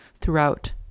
throughout